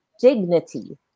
dignity